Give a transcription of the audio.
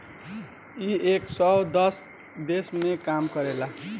इ एक सौ दस देश मे काम करेला